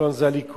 השלטון זה הליכוד.